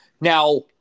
Now